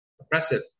Oppressive